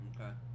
Okay